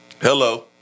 Hello